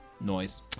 Noise